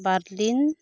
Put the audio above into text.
Berlin